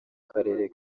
karere